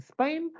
Spain